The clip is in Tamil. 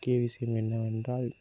முக்கிய விஷயம் என்னவென்றால்